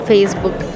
Facebook